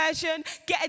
get